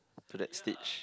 to that stage